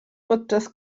podczas